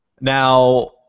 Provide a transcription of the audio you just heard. Now